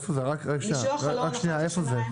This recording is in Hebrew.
רק שנייה, איפה זה?